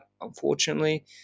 unfortunately